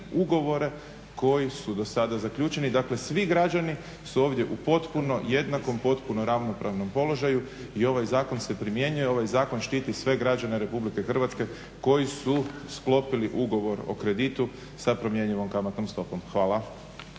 ugovore koji su do sada zaključeni. Dakle svi građani su ovdje u potpunom jednakom, potpunom ravnopravnom položaju i ovaj zakon se primjenjuje, ovaj zakon štiti sve građane Republike Hrvatske koji su sklopili ugovor o kreditu sa promjenjivom kamatnom stopom. Hvala.